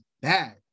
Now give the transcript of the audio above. bad